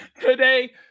Today